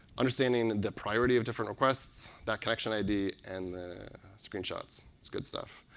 understanding the priority of different requests, that connection id, and the screenshots. it's good stuff.